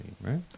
Right